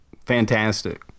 fantastic